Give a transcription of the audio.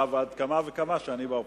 עכשיו על כמה וכמה, כשאני באופוזיציה.